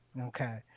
Okay